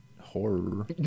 horror